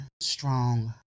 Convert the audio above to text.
strong